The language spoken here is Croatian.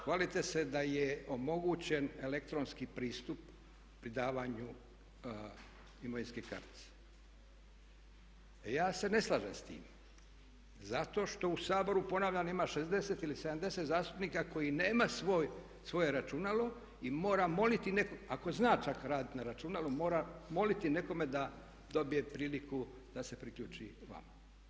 Hvalite se da je omogućen elektronski pristup pri davanju imovinske kartice, a ja se ne slažem s tim zato što u Saboru ponavljam ima 60 ili 70 zastupnika koji nema svoje računalo i mora moliti nekog, ako zna čak radit na računalu, mora moliti nekome da dobije priliku da se priključi vama.